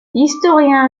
historien